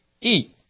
Eat